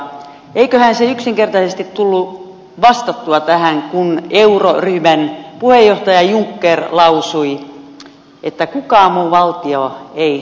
eiköhän siinä yksinkertaisesti tullut vastattua tähän kun euroryhmän puheenjohtaja juncker lausui että kukaan muu valtio ei